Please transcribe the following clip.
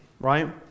right